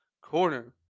Corner